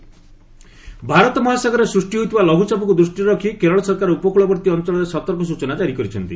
Kerala alert Bharat ମହାସାଗରରେ ସୃଷ୍ଟି ହୋଇଥିବା ଲଘୁଚାପକୁ ଦୃଷ୍ଟିରେ ରଖି କେରଳ ସରକାର ଉପକ୍ଳବର୍ତ୍ତୀ ଅଞ୍ଚଳରେ ସତର୍କ ସ୍ତଚନା ଜାରି କରିଛନ୍ତି